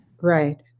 Right